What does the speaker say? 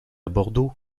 bordeaux